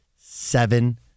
Seven